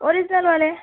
ओरीजनलवाले